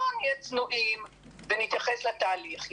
אז בואו נהיה צנועים ונתייחס לתהליך.